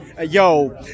Yo